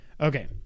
Okay